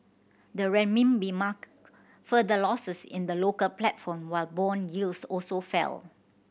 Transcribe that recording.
the Renminbi marked further losses in the local platform while bond yields also fell